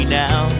now